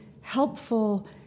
helpful